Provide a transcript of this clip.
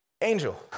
angel